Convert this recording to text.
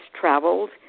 traveled